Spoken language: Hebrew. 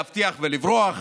להבטיח ולברוח,